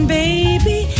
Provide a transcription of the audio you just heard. baby